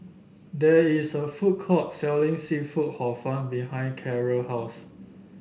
there is a food court selling seafood Hor Fun behind Carli house